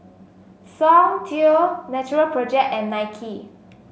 Soundteoh Natural Project and Nike